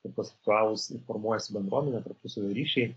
per tuos ritualus formuojasi bendruomenė tarpusavio ryšiai